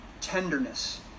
tenderness